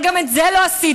אבל גם את זה לא עשיתם.